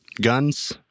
guns